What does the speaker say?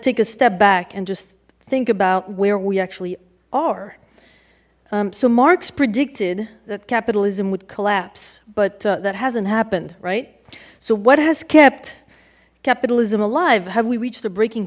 take a step back and just think about where we actually are so marx predicted that capitalism would collapse but that hasn't happened right so what has kept capitalism alive have we reached a breaking